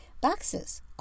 Boxes